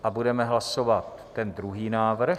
A budeme hlasovat ten druhý návrh.